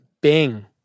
bing